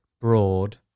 Broad